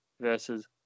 versus